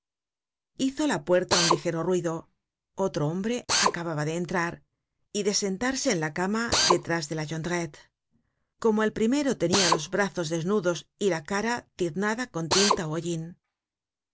hizo la puerta un ligero ruido otro hombre acababa de entrar y de sentarse en la cama detrás de la jondrette como el primero tenia los brazos desnudos y la cara tiznada con tinta ú